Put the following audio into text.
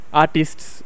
artists